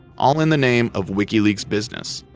all in the name of wikileaks business.